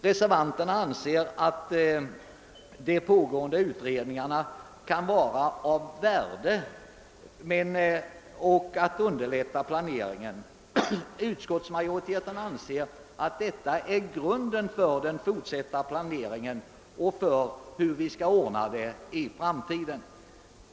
Reservanterna anser att de pågående utredningarna »kan vara av värde» när det gäller planeringen, medan utskottsmajoriteten betraktar utredningsarbetet som själva grunden för den fortsatta planeringen för framtiden.